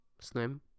Slim